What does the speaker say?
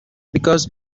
because